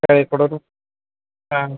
शाळेकडून हां